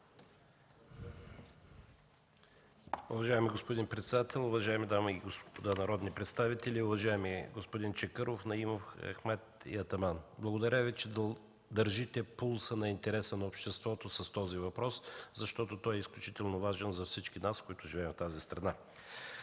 Уважаеми господин председател, уважаеми дами и господа народни представители! Уважаеми господа Чакъров, Наимов, Ахмед и Атаман, благодаря Ви, че държите пулса на интереса на обществото с този въпрос, защото той е изключително важен за всички нас, които живеем в тази страна.